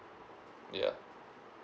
yeah